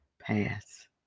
pass